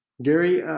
gary